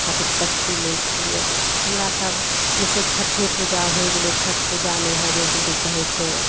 खातिर कष्टि लै छियै हमरा सब जैसे छठि पूजा होइ गेलै छठि पूजामे यहाँ जेकि कि कहै छै